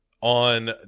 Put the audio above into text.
on